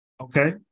Okay